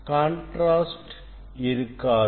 contrast இருக்காது